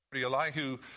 Elihu